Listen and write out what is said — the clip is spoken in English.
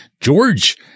George